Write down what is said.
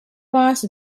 boss